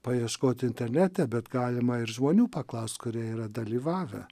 paieškot internete bet galima ir žmonių paklaust kurie yra dalyvavę